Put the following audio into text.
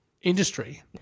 industry